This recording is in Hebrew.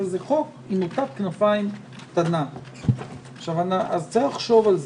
זה חוק עם מוטת כנפיים קטנה וצריך לחשוב על זה.